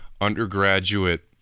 undergraduate